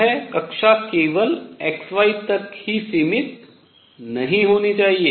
यह कक्षा केवल x y तल तक ही सीमित नहीं होनी चाहिए